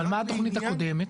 אבל מה התכנית הקודמת?